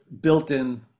built-in